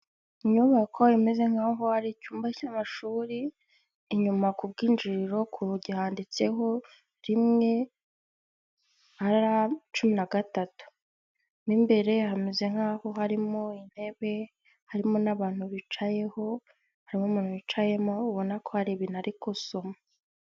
Inyubako imeze nk'aho ari icyumba cy'amashuri, inyuma ku bw'injiriro ku rugi handitseho rimwe, R cumi nagatatu. Mo imbere hameze nk'aho harimo intebe, harimo n'abantu bicayeho harimo umuntu wicayemo ubona ko hari ibintu ari gusoma.